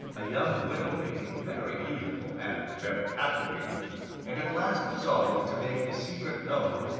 a young widow lady, very beautiful and very captivating and at last resolving to make his secret known,